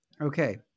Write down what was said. Okay